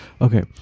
Okay